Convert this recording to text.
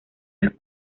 las